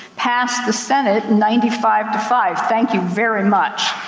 passed the senate ninety five to five. thank you very much.